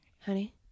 Honey